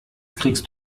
kriegst